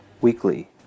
Weekly